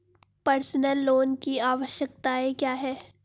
Personal loan की आवश्यकताएं क्या हैं?